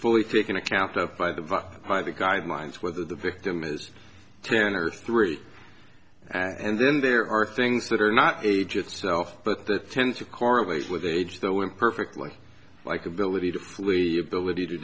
fully taken account of by the by the guidelines whether the victim is ten or three and then there are things that are not age itself but that tends to correlate with age though imperfectly like ability to flee ability to